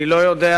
אני לא יודע,